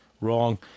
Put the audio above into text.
Wrong